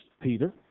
Peter